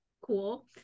cool